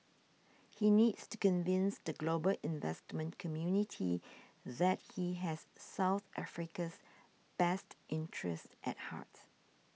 he needs to convince the global investment community that he has South Africa's best interests at heart